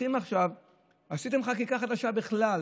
עשיתם חקיקה חדשה בכלל,